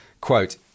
quote